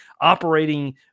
operating